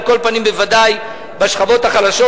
על כל פנים בוודאי בשכבות החלשות,